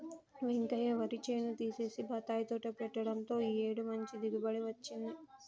వెంకయ్య వరి చేను తీసేసి బత్తాయి తోట పెట్టడంతో ఈ ఏడు మంచి దిగుబడి వచ్చింది